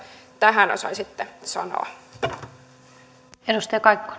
tähän osaisitte sanoa arvoisa